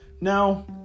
Now